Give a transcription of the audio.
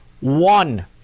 one